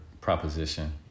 proposition